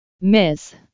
Miss